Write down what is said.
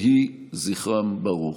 יהי זכרם ברוך.